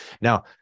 Now